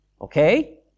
okay